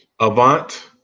Avant